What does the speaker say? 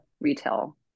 retail